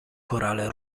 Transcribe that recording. korale